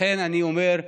לכן אני אומר,